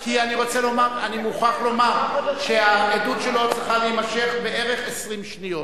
אני מוכרח לומר שהעדות שלו צריכה להימשך בערך 20 שניות: